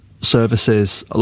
services